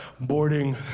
boarding